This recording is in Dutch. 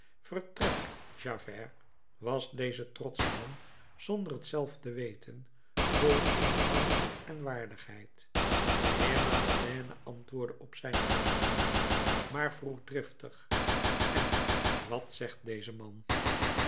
vertrek javert was deze trotsche man zonder t zelf te weten vol eenvoud en waardigheid de heer madeleine antwoordde op zijn verzoek niet maar vroeg driftig en wat zegt deze man